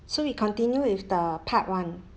so we continue with the part one